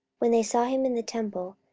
when they saw him in the temple,